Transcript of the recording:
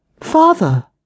Father